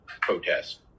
protest